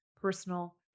personal